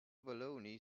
baloney